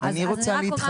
אז אני רק אומר